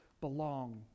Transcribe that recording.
belong